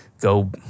go